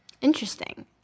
Interesting